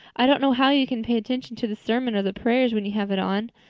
i don't know how you can pay attention to the sermon or the prayers when you have it on.